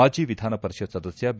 ಮಾಜಿ ವಿಧಾನ ಪರಿಷತ್ ಸದಸ್ಕ ಬಿ